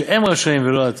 שהן רשאין ולא אתה.